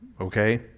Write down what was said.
okay